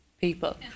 people